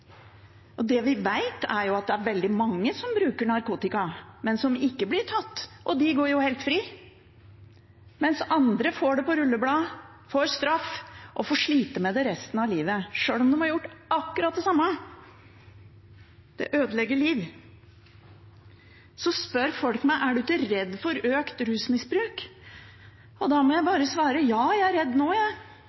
Det vi vet, er at det er veldig mange som bruker narkotika, men som ikke blir tatt, og de går helt fri, mens andre får det på rullebladet, får straff og må slite med det resten av livet, sjøl om de har gjort akkurat det samme. Det ødelegger liv. Så spør folk meg: Er du ikke redd for økt rusmisbruk? Da må jeg bare svare: Ja, jeg er redd nå, jeg.